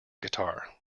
guitar